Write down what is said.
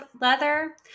leather